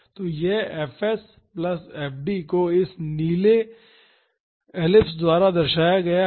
तो यह fs plus f D को इस नीले एलिप्स द्वारा दर्शाया गया है